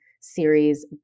series